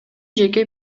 жеке